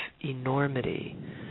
enormity